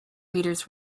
readers